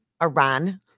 Iran